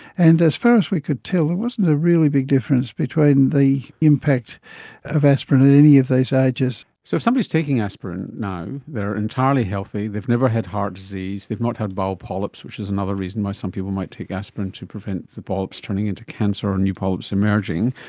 and as far as we could tell there wasn't a really big difference between the impact of aspirin and any of these ages. so if somebody is taking aspirin now, they are entirely healthy, they've never had heart disease, they've not had bowel polyps, which is another reason why some people might take aspirin to prevent the polyps turning into cancer or new polyps emerging,